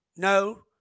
No